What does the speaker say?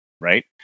right